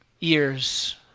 ears